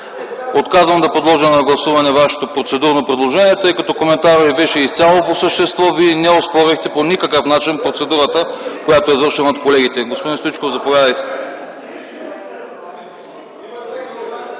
Отказвам да подложа на гласуване Вашето процедурно предложение, тъй като коментарът Ви беше изцяло по същество, Вие не оспорихте по никакъв начин процедурата, която е извършена от колегите. Господин Стоичков, заповядайте.